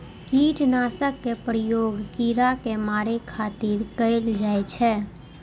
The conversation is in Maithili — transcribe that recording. कीटनाशक के प्रयोग कीड़ा कें मारै खातिर कैल जाइ छै